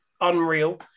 unreal